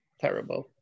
terrible